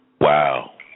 Wow